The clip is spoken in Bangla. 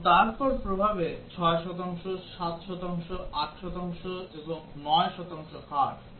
এবং তারপর প্রভাব 6 শতাংশ 7 শতাংশ 8 শতাংশ 9 শতাংশ হার